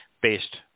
based